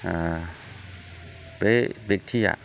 बे बेखथिया